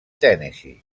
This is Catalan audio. tennessee